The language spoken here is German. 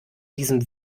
diesem